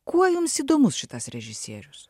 kuo jums įdomus šitas režisierius